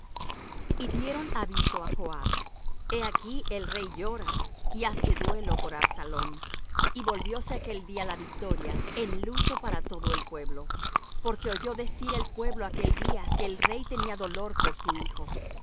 y dieron aviso á joab he aquí el rey llora y hace duelo por absalom y volvióse aquel día la victoria en luto para todo el pueblo porque oyó decir el pueblo aquel día que el rey tenía dolor por su hijo